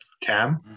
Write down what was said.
Cam